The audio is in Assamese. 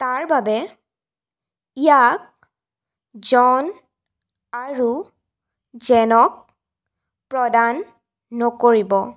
তাৰ বাবে ইয়াক জন আৰু জেনক প্ৰদান নকৰিব